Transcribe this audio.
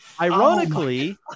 Ironically